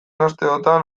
asteotan